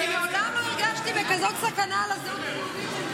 אני מעולם לא הרגשתי כזאת סכנה על הזהות היהודית שלי.